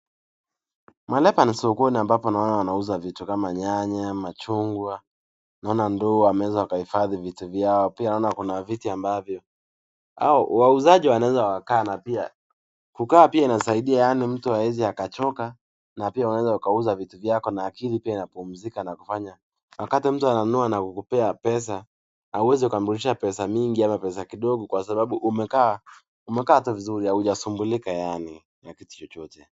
Mahali hapa ni sokoni ambapo naona wanauza vitu kama nyanya, machungwa, naona ndoo wameweza wakahifadhi vitu vyao. Pia naona kuna viti ambavyo hao wauzaji wanaweza wakaa na pia kukaa pia inasaidia yaani mtu hawezi akachoka na pia unaweza ukauza vitu vyako na akili pia inapumzika na kufanya wakati mtu ananunua na kukupa pesa hauwezi ukamrudishia pesa mingi ama pesa kidogo kwa sababu umekaa umekaa tu vizuri haujasumbulika yaani na kitu chochote.